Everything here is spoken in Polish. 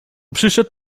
przyszedł